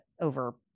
over